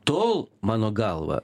tol mano galva